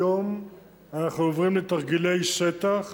היום אנחנו עוברים לתרגילי שטח